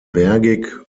bergig